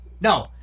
No